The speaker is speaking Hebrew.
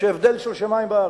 יש הבדל של שמים וארץ.